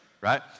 right